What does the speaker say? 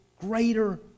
greater